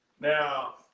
Now